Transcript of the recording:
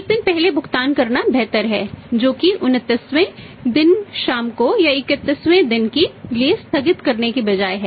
एक दिन पहले भुगतान करना बेहतर है जो कि 29 वें दिन शाम को 31 वें दिन के लिए स्थगित करने के बजाय है